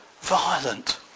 violent